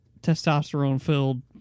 testosterone-filled